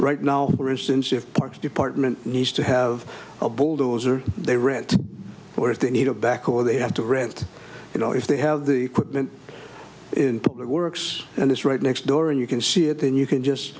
right now for instance if parks department needs to have a bulldozer they rent or if they need a back or they have to rent you know if they have the equipment in put it works and it's right next door and you can see it then you can just